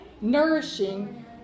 nourishing